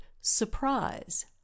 surprise